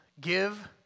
Give